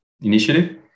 initiative